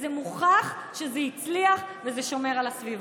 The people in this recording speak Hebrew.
זה מוכח שזה מצליח ושומר על הסביבה.